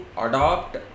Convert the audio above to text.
adopt